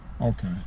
Okay